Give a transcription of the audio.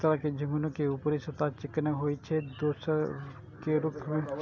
एक तरह झिंगुनी के ऊपरी सतह चिक्कन होइ छै, ते दोसर के रूख